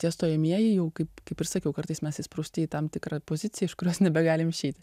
tie stojamieji jau kaip kaip ir sakiau kartais mes įsprausti į tam tikrą poziciją iš kurios nebegalim išeiti